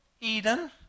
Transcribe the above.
Eden